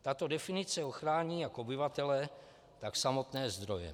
Tato definice ochrání jak obyvatele, tak samotné zdroje.